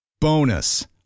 Bonus